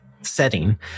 setting